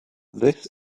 this